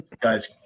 guys